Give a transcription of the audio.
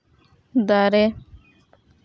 ᱫᱟᱨᱮ